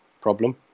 problem